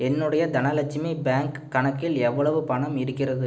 என்னுடைய தனலட்சுமி பேங்க் கணக்கில் எவ்வளவு பணம் இருக்கிறது